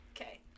okay